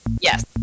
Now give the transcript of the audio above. Yes